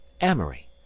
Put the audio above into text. amory